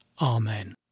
Amen